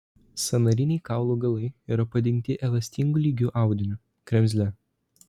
sąnariniai kaulų galai yra padengti elastingu lygiu audiniu kremzle